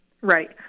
Right